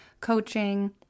Coaching